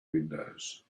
windows